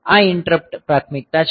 આ ઈંટરપ્ટ પ્રાથમિકતા છે